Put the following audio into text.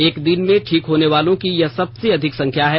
एक दिन में ठीक होने वालों की यह सबसे अधिक संख्या है